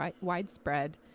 widespread